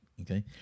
okay